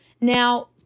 Now